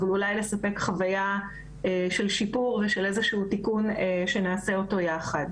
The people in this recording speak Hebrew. אבל אולי לספק חוויה של שיפור ושל איזשהו תיקון שנעשה אותו יחד.